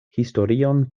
historion